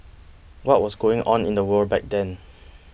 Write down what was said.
what was going on in the world back then